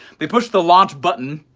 they push the launch button,